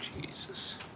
Jesus